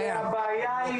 איפה הבעיה?